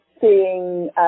seeing